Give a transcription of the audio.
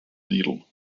needle